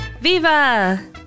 Viva